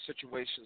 situations